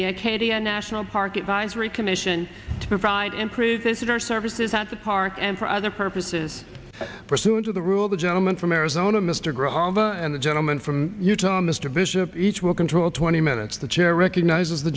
the acadia national park advisory commission to provide increases in our services at the park and for other purposes pursuant to the rule the gentleman from arizona mr gross and the gentleman from utah mr bishop each will control twenty minutes the chair recognizes the